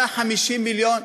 150 מיליון,